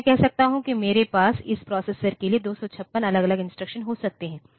तो मैं कह सकता हूं कि मेरे पास इस प्रोसेसर के लिए 256 अलग अलग इंस्ट्रक्शन हो सकते हैं